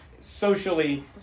socially